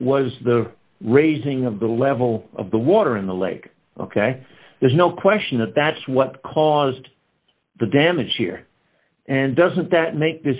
was the raising of the level of the water in the lake ok there's no question that that's what caused the damage here and doesn't that make